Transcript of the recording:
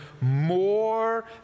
more